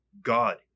God